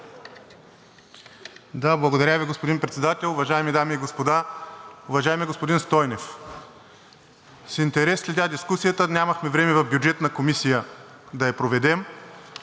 Благодаря Ви, господин Председател. Уважаеми дами и господа! Уважаеми господин Стойнев, с интерес следя дискусията. Нямахме време в Бюджетната комисия да я проведем